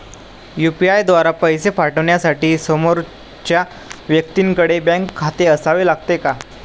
UPI द्वारा पैसे पाठवण्यासाठी समोरच्या व्यक्तीकडे बँक खाते असावे लागते का?